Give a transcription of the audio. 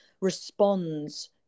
responds